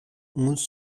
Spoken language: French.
onze